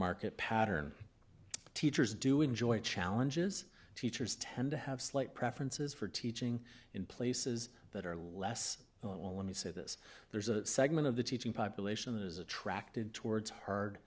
market pattern teachers do enjoy challenges teachers tend to have slight preferences for teaching in places that are less well let me say this there's a segment of the teaching population that is attracted towards herd